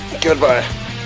goodbye